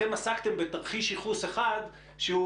אתם עסקתם בתרחיש ייחוס אחד שהוא,